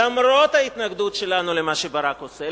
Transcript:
למרות ההתנגדות שלנו למה שברק עושה,